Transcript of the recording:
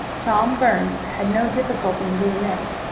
tom burns had no difficulty in doing this,